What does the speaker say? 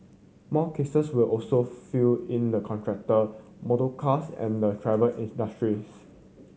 more cases will also filed in the contractor the motorcars and the travel industries